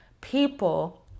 people